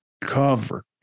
covered